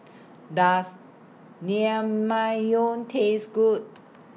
Does Naengmyeon Taste Good